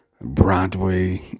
Broadway